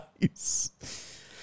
Nice